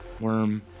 Worm